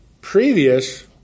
previous